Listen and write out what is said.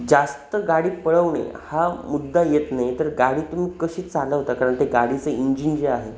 जास्त गाडी पळवणे हा मुद्दा येत नाही तर गाडी तुम्ही कशी चालवता कारण ते गाडीचं इंजिन जे आहे